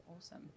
awesome